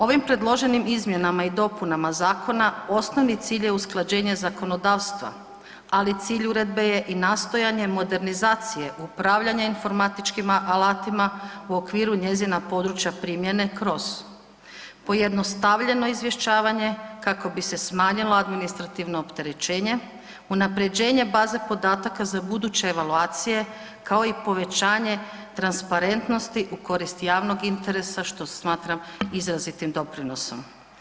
Ovim predloženim izmjenama i dopunama zakona osnovni cilj je usklađenja zakonodavstva, ali cilj uredbe je i nastojanje modernizacije upravljanje informatičkim alatima u okviru njezina područja primjene kroz: pojednostavljeno izvješćivanje kako bi se smanjila administrativno opterećenje, unapređenje baze podataka za buduće evaluacije kao i povećanje transparentnosti u korist javnog interesa što smatram izrazitim doprinosom.